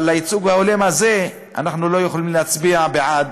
אבל לייצוג ההולם הזה אנחנו לא יכולים להצביע בעד,